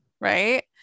right